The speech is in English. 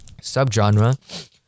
subgenre